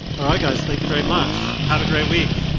alright guys, thank you very much have a great week.